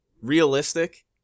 realistic